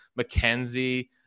McKenzie